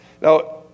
Now